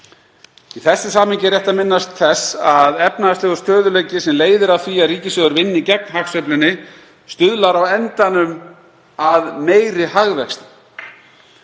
Í þessu samhengi er rétt að minnast þess að efnahagslegur stöðugleiki sem leiðir af því að ríkissjóður vinni gegn hagsveiflunni stuðlar á endanum að meiri hagvexti.